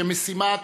שמשימת